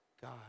God